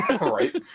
right